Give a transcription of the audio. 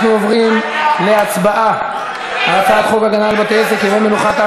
אנחנו עוברים להצבעה על הצעת חוק הגנה על בתי-עסק (ימי המנוחה),